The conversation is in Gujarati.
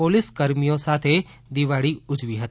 પોલીસ કર્મીઓ સાથે દિવાળી ઉજવી હતી